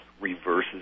reverses